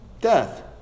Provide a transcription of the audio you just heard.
Death